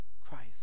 Christ